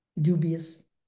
dubious